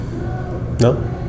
No